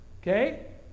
Okay